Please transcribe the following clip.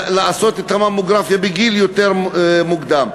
לעשות את הממוגרפיה יותר מוקדם.